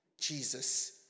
Jesus